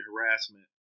harassment